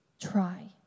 Try